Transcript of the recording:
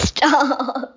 Stop